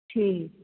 ਠੀਕ ਜੀ